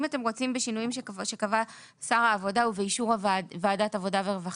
אם אתם רוצים בשינויים שקבע שר העבודה ובאישור ועדת העבודה והרווחה.